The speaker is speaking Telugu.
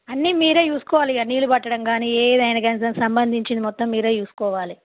అన్నీ మీరే చూసుకోవాలిక నీళ్ళు పట్టడం గానీ ఏదైనా గానీ దాని సంబంధించింది మొత్తం మీరే చూసుకోవాలె